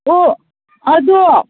ꯑꯣ ꯑꯗꯣ